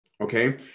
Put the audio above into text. Okay